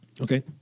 Okay